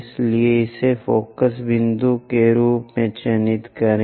इसलिए इसे फोकस बिंदु के रूप में चिह्नित करें